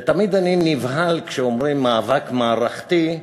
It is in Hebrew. ותמיד אני נבהל כשאומרים מאבק מערכתי,